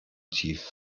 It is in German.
tief